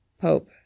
pope